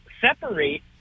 separate